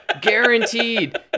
guaranteed